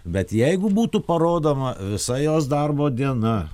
bet jeigu būtų parodoma visa jos darbo diena